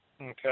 Okay